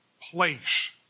place